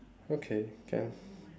okay can